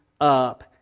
up